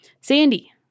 Sandy